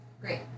Great